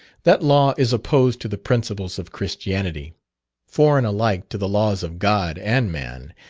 that law is opposed to the principles of christianity foreign alike to the laws of god and man,